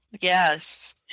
Yes